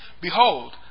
behold